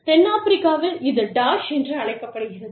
தென்னாப்பிரிக்காவில் இது டாஷ் என்று அழைக்கப்படுகிறது